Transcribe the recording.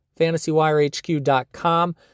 FantasyWireHQ.com